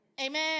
Amen